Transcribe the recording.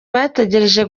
bategereje